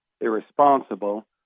irresponsible